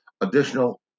additional